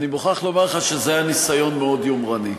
אני מוכרח לומר לך שזה היה ניסיון מאוד יומרני,